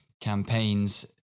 campaigns